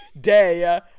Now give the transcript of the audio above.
day